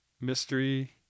mystery